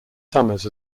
summers